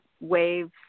wave